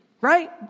Right